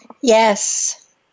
Yes